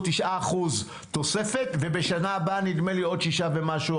עכשיו 9% תוספת ובשנה הבאה נדמה לי עוד 6% ומשהו.